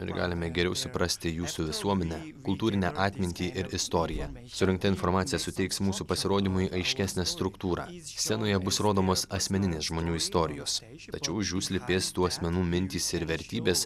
ir galime geriau suprasti jūsų visuomenę kultūrinę atmintį ir istoriją surinkta informacija suteiks mūsų pasirodymui aiškesnę struktūrą scenoje bus rodomos asmeninės žmonių istorijos tačiau už jų slypės tų asmenų mintys ir vertybės